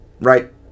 right